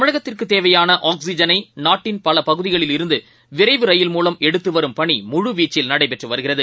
தமிழகத்திற்குதேவையானஆக்சிஜனை நாட்டின் பலபகுதிகளில் இருந்துவிரைவு ரயில் மூலம் எடுத்துவரும் பணிமுழுவீச்சில் நடைபெற்றுவருகிறது